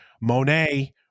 Monet